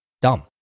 dumb